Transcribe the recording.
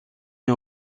est